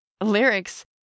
lyrics